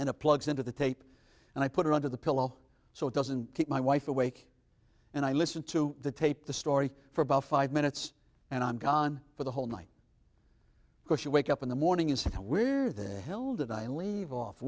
a plugs into the tape and i put it under the pillow so it doesn't keep my wife awake and i listen to the tape the story for about five minutes and i'm gone for the whole night because you wake up in the morning is where the hell did i leave off